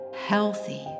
healthy